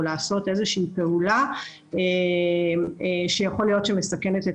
או לעשות איזושהי פעולה שיכול להיות שמסכנת את